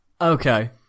Okay